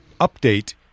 update